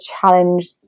challenge